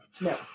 No